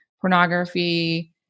pornography